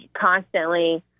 constantly